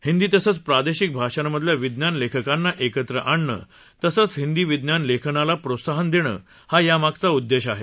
हिंदी तसंच प्रादेशिक भाषांमधल्या विज्ञान लेखकांना एकत्र आणणं तसंच हिंदी विज्ञान लेखनाला प्रोत्साहन देणं हा यामागचा उद्देश आहे